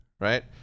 right